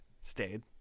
stayed